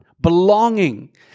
belonging